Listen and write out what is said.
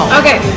okay